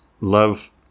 love